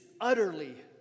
utterly